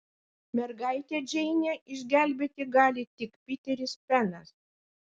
mergaitę džeinę išgelbėti gali tik piteris penas